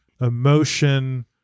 emotion